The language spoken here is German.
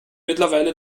mittlerweile